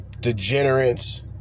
degenerates